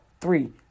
three